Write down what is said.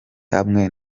hamwe